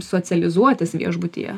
socializuotis viešbutyje